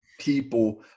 people